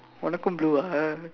உனக்கும்:unakkum blue ah